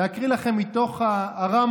אני רוצה להקריא לכם מתוך הרמב"ם